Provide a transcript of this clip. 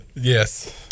Yes